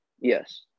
yes